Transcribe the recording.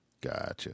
Gotcha